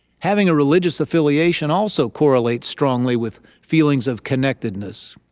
having a religious affiliation also correlates strongly with feelings of connectedness.